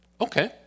Okay